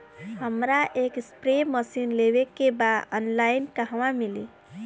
हमरा एक spray machine लेवे के बा ऑनलाइन कहवा मिली?